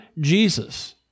Jesus